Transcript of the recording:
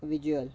visual